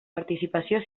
participació